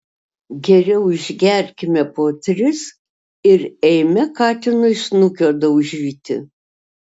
geriau išgerkime po tris ir eime katinui snukio daužyti